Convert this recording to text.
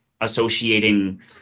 associating